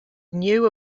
knew